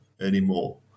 anymore